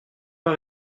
pas